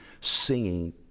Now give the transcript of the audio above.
singing